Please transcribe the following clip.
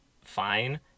fine